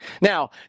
Now